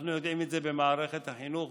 אנחנו יודעים את זה במערכת החינוך,